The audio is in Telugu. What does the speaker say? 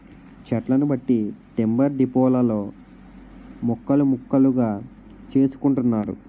చెట్లను బట్టి టింబర్ డిపోలలో ముక్కలు ముక్కలుగా చేసుకుంటున్నారు